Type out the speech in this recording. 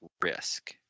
risk